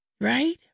right